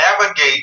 navigate